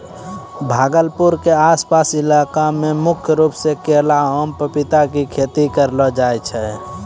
भागलपुर के आस पास के इलाका मॅ मुख्य रूप सॅ केला, आम, पपीता के खेती करलो जाय छै